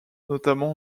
notamment